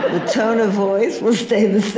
the tone of voice will stay the